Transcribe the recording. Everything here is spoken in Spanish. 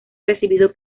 recibido